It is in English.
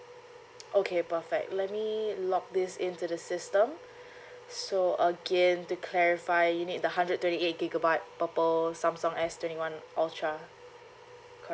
okay perfect let me lock this into the system so again to clarify you need the hundred twenty eight gigabyte purple samsung S twenty one ultra